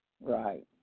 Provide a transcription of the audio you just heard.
Right